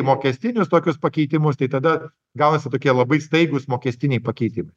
mokestinius tokius pakeitimus tai tada gaunasi tokie labai staigūs mokestiniai pakeitimai